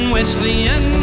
Wesleyan